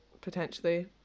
potentially